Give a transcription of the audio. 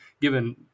given